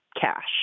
cash